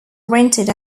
rented